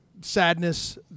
sadness